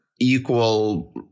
equal